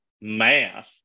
math